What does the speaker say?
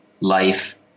life